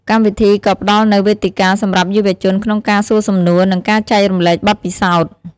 កម្មវិធីក៏ផ្ដល់នូវវេទិកាសម្រាប់យុវជនក្នុងការសួរសំណួរ និងការចែករំលែកបទពិសោធន៍។